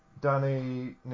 Danny